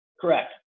Correct